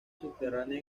subterránea